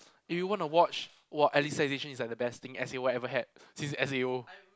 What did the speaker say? if you want to watch wa~ Alicization is like the best thing S_A_O ever had ever since S_A_O